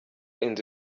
inzu